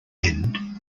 end